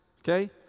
okay